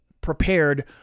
prepared